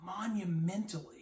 monumentally